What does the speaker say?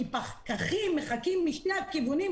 ופקחים מחכים משני הכיוונים,